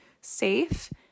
safe